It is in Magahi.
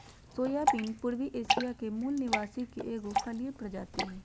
सोयाबीन पूर्वी एशिया के मूल निवासी के एगो फलिय प्रजाति हइ